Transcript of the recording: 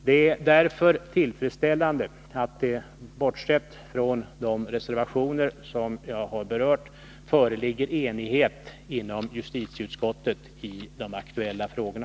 Det är därför tillfredsställande att det — bortsett från de reservationer som jag har berört — föreligger enighet inom justitieutskottet i de aktuella frågorna.